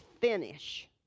finish